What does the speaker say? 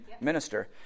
minister